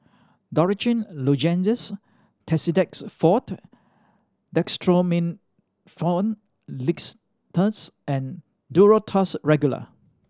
Dorithricin Lozenges Tussidex Forte Dextromethorphan Linctus and Duro Tuss Regular